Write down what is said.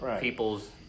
people's